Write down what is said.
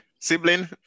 Sibling